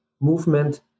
movement